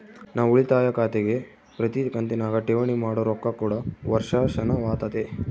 ನಾವು ಉಳಿತಾಯ ಖಾತೆಗೆ ಪ್ರತಿ ಕಂತಿನಗ ಠೇವಣಿ ಮಾಡೊ ರೊಕ್ಕ ಕೂಡ ವರ್ಷಾಶನವಾತತೆ